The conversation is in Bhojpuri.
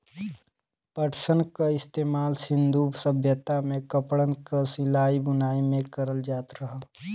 पटसन क इस्तेमाल सिन्धु सभ्यता में कपड़न क सिलाई बुनाई में करल जात रहल